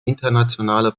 internationale